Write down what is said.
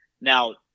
Now